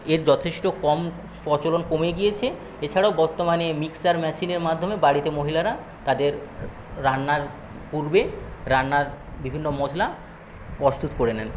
এর যথেষ্ট কম প্রচলন কমে গিয়েছে এছাড়াও বর্তমানে মিক্সার মেশিনের মাধ্যমে বাড়িতে মহিলারা তাদের রান্নার পূর্বে রান্নার বিভিন্ন মশলা প্রস্তুত করে নেন